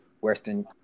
Western